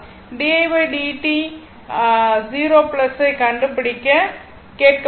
di dt 0 ஐக் கண்டுபிடிக்க கேட்கப்பட்டுள்ளது